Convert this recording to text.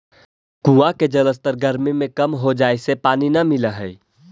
कुआँ के जलस्तर गरमी में कम हो जाए से पानी न मिलऽ हई